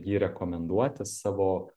jį rekomenduoti savo